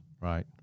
Right